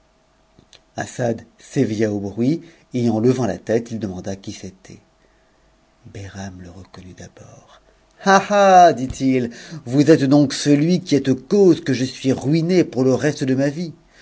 s'éveilla au bruit et en levant la tête il demanda qui c'était behram le reconnut d'abord ah ah dit-il vous êtes donc celui qui êtes cause que je suis ruiné pour le reste de ma vie